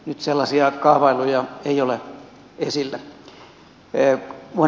nyt sellaisia kaavailuja ei ole esillä